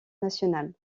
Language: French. nationale